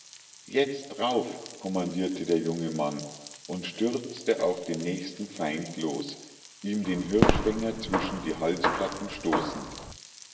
jetzt drauf kommandierte der junge mann und stürzte auf den nächsten feind los ihm den hirschfänger zwischen die halsplatten stoßend